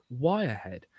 wirehead